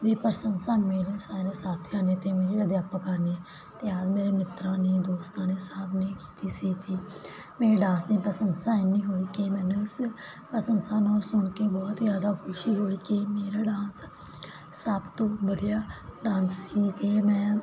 ਪ੍ਰਸੰਸਾ ਮੇਰੇ ਸਾਰੇ ਸਾਥੀਆਂ ਨੇ ਤੇ ਮੇਰੇ ਅਧਿਆਪਕ ਖਾਨੇ ਆ ਧਿਆਨ ਮੇਰੇ ਮਿੱਤਰਾਂ ਨੇ ਦੋਸਤਾਂ ਨੇ ਕੀਤੀ ਸੀ ਮੇਰੇ ਡਾਂਸ ਪ੍ਰਸੰਸਾ ਇਨੀ ਹੋਈ ਕਿ ਮੈਨੂੰ ਇਸ ਪ੍ਰਸੰਸਾ ਨੂੰ ਸੁਣ ਕੇ ਬਹੁਤ ਜਿਆਦਾ ਖੁਸ਼ੀ ਹੋਈ ਕਿ ਮੇਰਾ ਡਾਂਸ ਸਭ ਤੋਂ ਵਧੀਆ ਡਾਂਸ ਸੀ ਤੇ ਮੈਂ